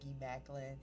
Macklin